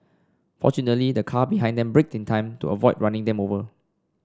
fortunately the car behind them braked in time to avoid running them over